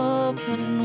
open